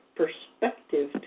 perspective